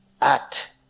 act